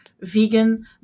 vegan